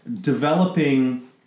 developing